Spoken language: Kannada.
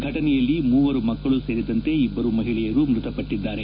ಫಟನೆಯಲ್ಲಿ ಮೂವರು ಮಕ್ಕಳು ಸೇರಿದಂತೆ ಇಬ್ಬರು ಮಹಿಳೆಯರು ಮೃತಪಟ್ಟಿದ್ದಾರೆ